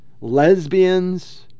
lesbians